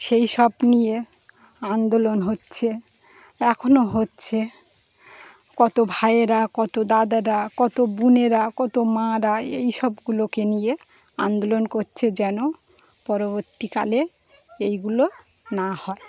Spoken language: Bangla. সেই সব নিয়ে আন্দোলন হচ্ছে এখনো হচ্ছে কত ভাইয়েরা কত দাদারা কত বোনেরা কত মারা এই সবগুলোকে নিয়ে আন্দোলন করছে যেন পরবর্তীকালে এইগুলো না হয়